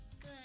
Good